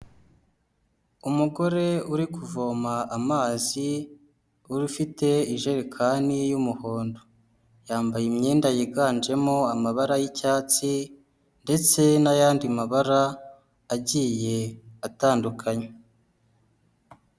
Umugore uri kuvoma amazi ufite ijerekani y'umuhondo, yambaye imyenda yiganjemo amabara y'icyatsi ndetse n'ayandi mabara agiye atandukanye.